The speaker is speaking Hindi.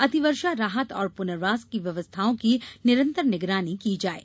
अतिवर्षा राहत और पुनर्वास की व्यवस्थाओं की निरन्तर निगरानी की जाये